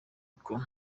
uko